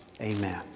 amen